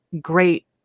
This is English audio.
great